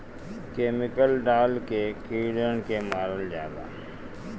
chemical डाल के कीड़न के मारल जाला